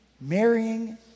marrying